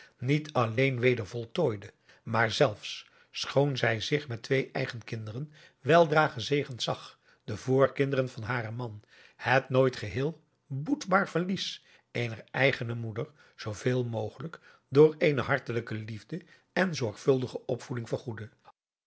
niet alleen weder voltooide maar zelfs schoon zij zich met twee eigen kinderen weldra gezegend zag de voorkinderen van haren man het nooit geheel boetbaar verlies eener eigene moeder zooveel mogelijk door eene hartelijke liefde en zorgvuldige opvoeding vergoedde